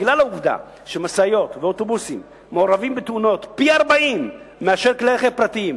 בגלל העובדה שמשאיות ואוטובוסים מעורבים בתאונות פי-40 מכלי-רכב פרטיים,